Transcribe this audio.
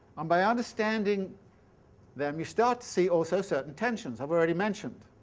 and by understanding then we start to see also certain tensions i've already mentioned.